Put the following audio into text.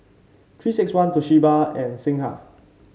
Three six one Toshiba and Singha